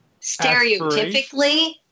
Stereotypically